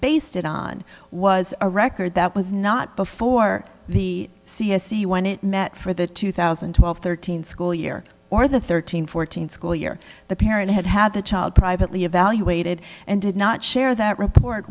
based it on was a record that was not before the c s c when it met for the two thousand and twelve thirteen school year or the thirteen fourteen school year the parent had had the child privately evaluated and did not share that report